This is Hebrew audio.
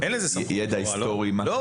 אין לי ידע היסטורי למה